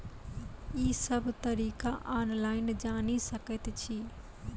ई सब तरीका ऑनलाइन जानि सकैत छी?